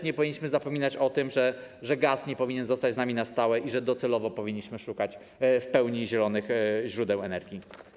Nie możemy zapominać o tym, że gaz nie powinien zostać z nami na stałe i że docelowo należy szukać w pełni zielonych źródeł energii.